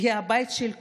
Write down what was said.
שהיא הבית של כולנו,